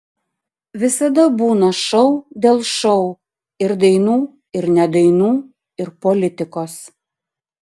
visada būna šou dėl šou ir dainų ir ne dainų ir politikos